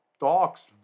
dogs